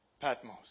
Patmos